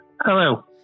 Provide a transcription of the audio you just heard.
Hello